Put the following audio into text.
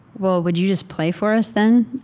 well, would you just play for us then?